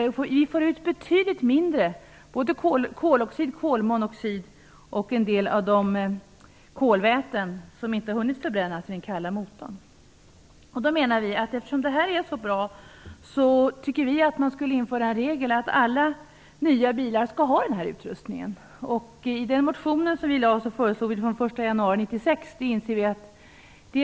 Det kommer ut betydligt mindre koloxid, kolmonoxid och en del kolväten, som inte hinner förbrännas i den kalla motorn. Eftersom detta är så bra tycker vi att det borde införas en regel om att alla nya bilar skall ha den här utrustningen. I den motion som vi har väckt föreslår vi att regeln skall gälla från den 1 januari 1996.